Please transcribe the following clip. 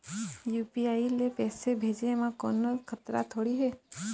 UPI ले पैसे भेजे म कोन्हो खतरा थोड़ी हे?